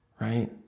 right